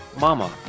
Mama